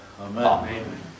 Amen